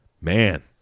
man